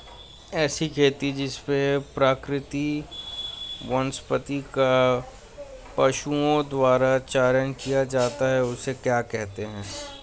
ऐसी खेती जिसमें प्राकृतिक वनस्पति का पशुओं द्वारा चारण किया जाता है उसे क्या कहते हैं?